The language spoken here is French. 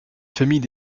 famille